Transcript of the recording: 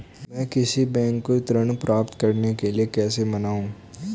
मैं किसी बैंक को ऋण प्राप्त करने के लिए कैसे मनाऊं?